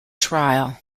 trial